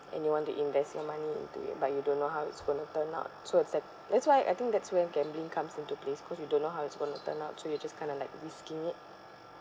and you want to invest your money into it but you don't know how it's going to turn out so it's like that's why I think that's where gambling comes into place cause you don't know how it's going to turn out so you just kind of like risking it